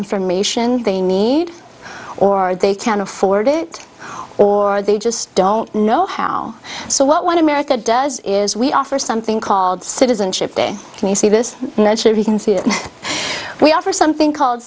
information they need or they can't afford it or they just don't know how so what one america does is we offer something called citizenship day and you see this and then sure we can see that we offer something called